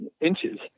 inches